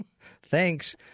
thanks